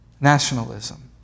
Nationalism